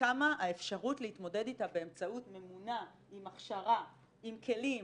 כמה האפשרות להתמודד איתה באמצעות ממונה עם הכשרה ועם כלים.